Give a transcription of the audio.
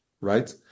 right